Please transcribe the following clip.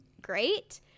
great